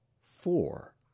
four